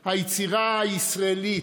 כן,